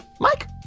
Mike